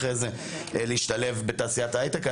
אחרי זה להשתלב בתעשיית ההייטק.